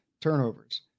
turnovers